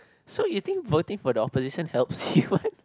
so you think voting for the opposition helps you win